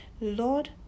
Lord